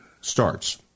starts